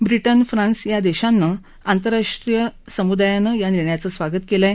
Britain France या देशानं आंतरराष्ट्रीय समुदायानं या निर्णयाचं स्वागत केलं आहे